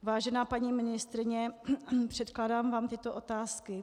Vážená paní ministryně, předkládám vám tyto otázky.